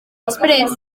després